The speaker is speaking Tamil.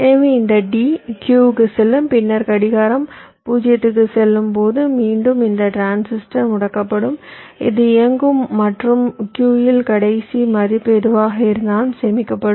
எனவே இந்த D Q க்குச் செல்லும் பின்னர் கடிகாரம் 0 க்குச் செல்லும் போது மீண்டும் இந்த டிரான்சிஸ்டர் முடக்கப்படும் இது இயங்கும் மற்றும் Q இல் கடைசி மதிப்பு எதுவாக இருந்தாலும் சேமிக்கப்படும்